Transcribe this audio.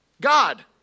God